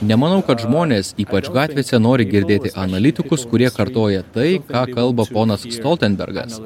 nemanau kad žmonės ypač gatvėse nori girdėti analitikus kurie kartoja tai ką kalba ponas stoltenbergas